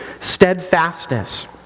steadfastness